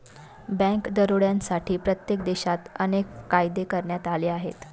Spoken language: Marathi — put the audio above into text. बँक दरोड्यांसाठी प्रत्येक देशात अनेक कायदे करण्यात आले आहेत